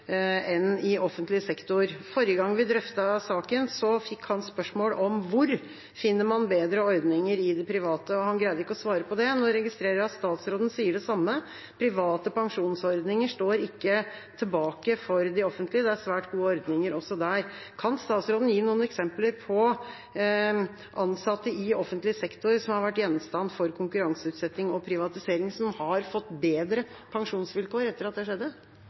enn i offentlig sektor. Forrige gang vi drøftet saken, fikk han spørsmål om hvor man finner bedre ordninger i det private. Han greide ikke å svare på det. Nå registrerer jeg at statsråden sier det samme – private pensjonsordninger står ikke tilbake for de offentlige, det er svært gode ordninger også der. Kan statsråden gi noen eksempler på ansatte i offentlig sektor som har vært gjenstand for konkurranseutsetting og privatisering, og som har fått bedre pensjonsvilkår etter at det skjedde?